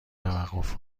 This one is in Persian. توقف